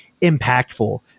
impactful